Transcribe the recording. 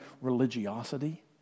religiosity